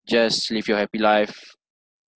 just live your happy life